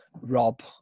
Rob